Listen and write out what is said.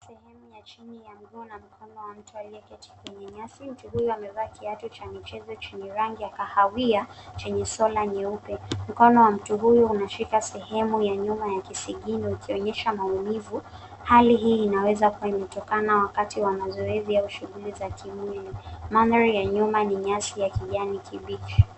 Sehemu ya chini ya mguu na mkono wa mtu aliyeketi kwenye nyasi. Mtu huyo amevaa kiatu cha michezo chenye rangi ya kahawia chenye sola nyeupe. Mkono wa mtu huyo unashika sehemu ya nyuma ya kisigino ikionyesha maumivu. Hali hii inaweza kuwa imetokana wakati wa mazoezi au shughuli za kimwili. Mandhari ya nyuma ni nyasi ya kijani kibichi.